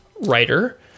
writer